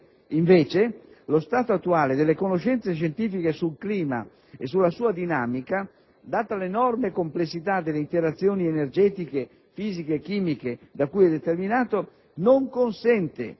parere) lo stato attuale delle conoscenze scientifiche sul clima e sulla sua dinamica, data l'enorme complessità delle interazioni energetiche fisiche e chimiche da cui è determinato, non consente